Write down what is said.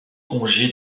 congé